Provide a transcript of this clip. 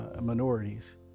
minorities